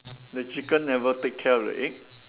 the chicken never take care of the egg